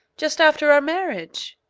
just after our marriage.